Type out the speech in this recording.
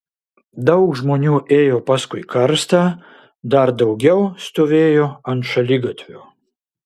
daug žmonių ėjo paskui karstą dar daugiau stovėjo ant šaligatvių